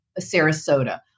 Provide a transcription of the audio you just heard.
Sarasota